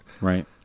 Right